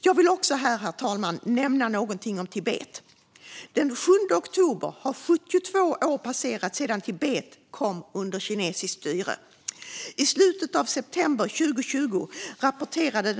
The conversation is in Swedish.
Jag vill också, herr talman, nämna något om Tibet. Den 7 oktober har 72 år gått sedan Tibet kom under kinesiskt styre. I slutet av september 2020 rapporterade